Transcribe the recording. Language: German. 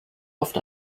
oft